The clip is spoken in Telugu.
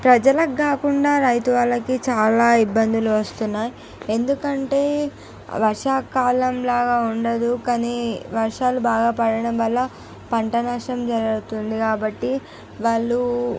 ప్రజలకు కాకుండా రైతు వాళ్ళకి చాలా ఇబ్బందులు వస్తున్నాయి ఎందుకంటే వర్షా కాలం లాగ ఉండదు కానీ వర్షాలు బాగా పడడం వల్ల పంట నష్టం జరుగుతుంది కాబట్టి వాళ్ళు